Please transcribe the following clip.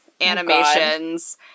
animations